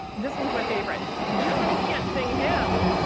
this one's my favorite, johnny can't sing hymns.